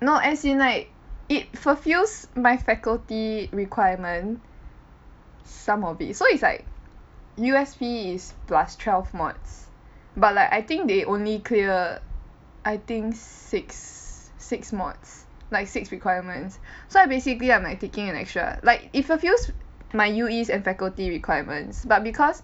no as in like it fulfils by faculty requirement some of it so it's like U_S_P is plus twelve months but like I think they only clear I think six six mods like six requirements so I basically I'm like taking an extra like it fulfils my U_Es and faculty requirements but cause